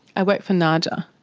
i work for naaja.